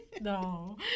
No